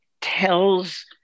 tells